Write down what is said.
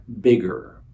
bigger